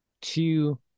two